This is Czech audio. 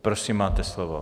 Prosím, máte slovo.